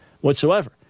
whatsoever